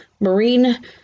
Marine